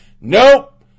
Nope